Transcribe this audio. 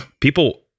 people